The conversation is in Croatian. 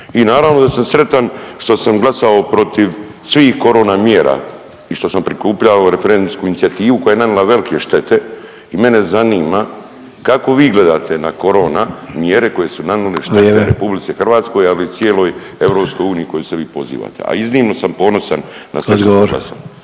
I naravno da sam sretan što sam glasao protiv svih korona mjera i što sam prikupljao referendumsku inicijativu koja je nanila velike štete. I mene zanima kako vi gledate na korona mjere koje su nanile štete RH …/Upadica: Vrijeme./… ali i cijeloj EU na koju se vi pozivate. A iznimno sam ponosan na sve što sam